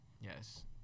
Yes